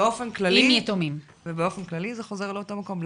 באופן כללי, זה חוזר לאותו מקום.